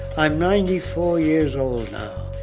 i'm ninety four years old now.